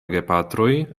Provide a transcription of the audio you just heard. gepatroj